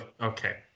okay